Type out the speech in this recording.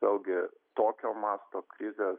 vėlgi tokio masto krizė